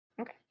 Okay